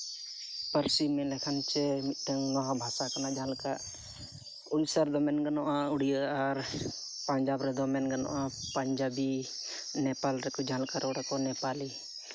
ᱯᱟᱹᱨᱥᱤ ᱢᱮᱱᱞᱮᱠᱷᱟᱱ ᱪᱮ ᱢᱤᱫᱴᱟᱹᱱ ᱱᱚᱣᱟ ᱦᱚᱸ ᱵᱷᱟᱥᱟ ᱠᱟᱱᱟ ᱡᱟᱦᱟᱸ ᱞᱮᱠᱟ ᱩᱲᱤᱥᱥᱟ ᱨᱮᱫᱚ ᱢᱮᱱ ᱜᱟᱱᱚᱜᱼᱟ ᱩᱲᱤᱭᱟ ᱟᱨ ᱯᱟᱧᱡᱟᱵᱽ ᱨᱮᱫᱚ ᱢᱮᱱ ᱜᱟᱱᱚᱜᱼᱟ ᱯᱟᱧᱡᱟᱵᱤ ᱱᱮᱯᱟᱞ ᱨᱮᱠᱚ ᱡᱟᱦᱟᱸ ᱞᱮᱠᱟ ᱨᱚᱲ ᱟᱠᱚ ᱱᱮᱯᱟᱞᱤ